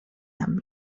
nam